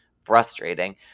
frustrating